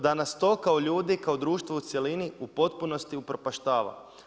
Da nas stoka kao ljudi, kao društvo u cjelini u potpunosti upropaštava.